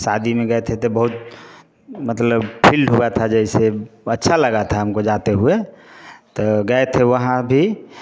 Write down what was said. शादी में गए थे तो बहुत मतलब फिल हुआ था जैसे अच्छा लगा था हमको जाते हुए तो गए थे वहाँ भी